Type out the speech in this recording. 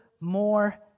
more